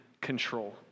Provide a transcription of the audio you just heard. control